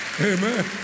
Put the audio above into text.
Amen